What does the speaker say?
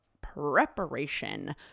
preparation